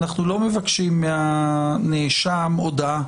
אנחנו לא מבקשים מהנאשם הודאה.